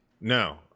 No